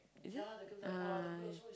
is it ah